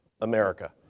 America